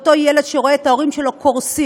אותו ילד שרואה את ההורים שלו קורסים,